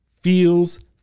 feels